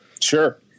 Sure